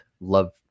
Love